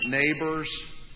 neighbors